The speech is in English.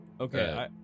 Okay